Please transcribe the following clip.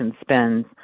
spends